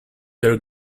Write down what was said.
their